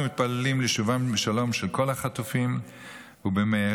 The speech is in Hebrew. אנחנו מתפללים לשובם בשלום של כל החטופים ובמהרה,